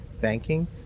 banking